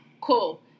Cool